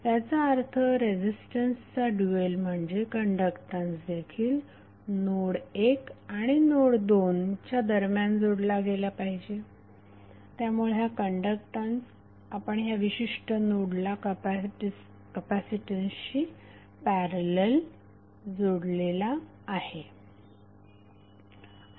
त्याचा अर्थ रेझिस्टन्सचा ड्यूएल म्हणजे कण्डक्टन्स देखील नोड 1 आणि नोड 2 च्या दरम्यान जोडला गेला पाहिजे त्यामुळे हा कण्डक्टन्स आपण ह्या विशिष्ट नोडला कपॅसीटन्सशी पॅरलल जोडलेला आहे